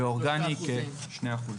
ואורגני כ-2%.